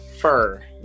fur